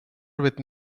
with